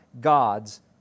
God's